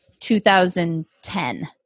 2010